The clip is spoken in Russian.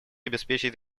обеспечить